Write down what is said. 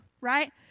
right